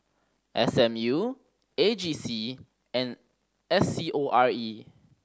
S M U A G C and S C O R E